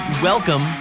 Welcome